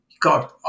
god